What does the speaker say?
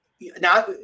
now